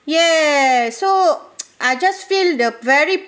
yes so I just feel the very